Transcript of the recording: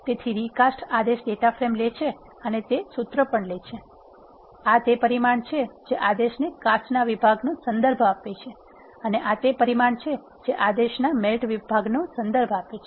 તેથી રિકાસ્ટ આદેશ data frame લે છે અને તે સૂત્ર પણ લે છે આ તે પરિમાણ છે જે આદેશના કાસ્ટ વિભાગનો સંદર્ભ આપે છે અને આ તે પરિમાણ છે જે આદેશના મેલ્ટ ભાગનો સંદર્ભ આપે છે